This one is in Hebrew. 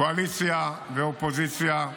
קואליציה ואופוזיציה,